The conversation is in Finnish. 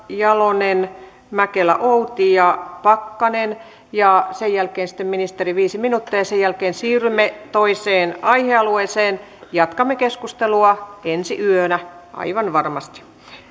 jalonen mäkelä outi ja pakkanen ja sen jälkeen sitten ministeri viisi minuuttia ja sen jälkeen siirrymme toiseen aihealueeseen jatkamme keskustelua ensi yönä aivan varmasti